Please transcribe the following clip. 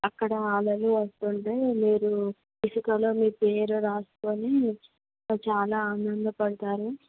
అక్కడ అలలు వస్తూ ఉంటాయి మీరు ఇసుకలో మీ పేరు రాసుకుని చాలా ఆనందపడతారు